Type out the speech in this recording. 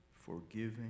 forgiving